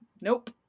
Nope